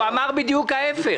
הוא אמר בדיוק ההיפך.